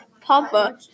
Papa